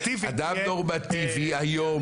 אדם נורמטיבי היום,